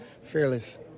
fearless